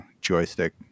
joystick